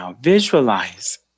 Visualize